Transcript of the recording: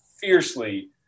fiercely